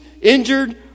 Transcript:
injured